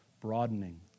broadening